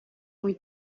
muy